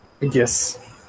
Yes